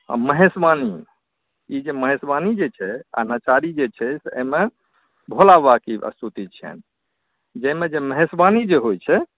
आ महेशवाणी ई जे महेशवाणी जे छै आ नचारी जे छै एहिमे भोलाबाबाके स्तुति छैन्ह जाहिमे जे महेशवाणी जे होइत छै